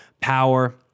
power